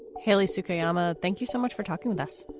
haley sugiyama, thank you so much for talking with us.